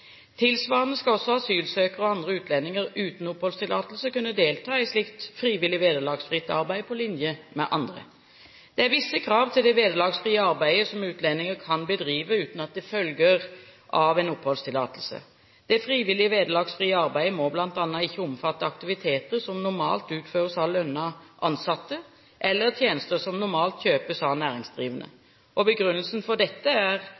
Tilsvarende skal også asylsøkere og andre utlendinger uten oppholdstillatelse kunne delta i slikt frivillig, vederlagsfritt arbeid på linje med andre. Det er visse krav til det vederlagsfrie arbeidet som utlendinger kan bedrive uten at det følger av en oppholdstillatelse. Det frivillige, vederlagsfrie arbeidet må bl.a. ikke omfatte aktiviteter som normalt utføres av lønnede ansatte, eller tjenester som normalt kjøpes av næringsdrivende. Begrunnelsen for dette er